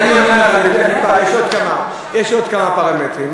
יש עוד כמה, יש עוד כמה פרמטרים.